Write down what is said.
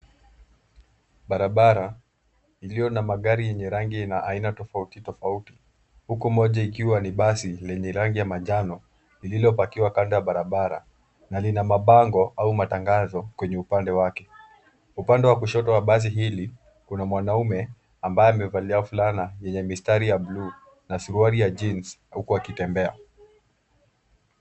Barabara, iliyo na magari yenye rangi na aina tofauti tofauti, huku moja ikiwa ni basi lenye rangi ya manjano lililopakiwa kando ya barabara, na lina mabango au matangazo kwenye upande wake. Upande wa kushoto wa basi hili kuna mwanaume ambaye aliyevalia fulana yenye mistari ya bluu na suruali ya jeans huku akitembea.